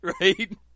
right